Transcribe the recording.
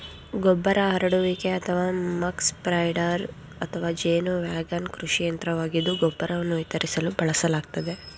ಗೊಬ್ಬರ ಹರಡುವಿಕೆ ಅಥವಾ ಮಕ್ ಸ್ಪ್ರೆಡರ್ ಅಥವಾ ಜೇನು ವ್ಯಾಗನ್ ಕೃಷಿ ಯಂತ್ರವಾಗಿದ್ದು ಗೊಬ್ಬರವನ್ನು ವಿತರಿಸಲು ಬಳಸಲಾಗ್ತದೆ